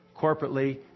corporately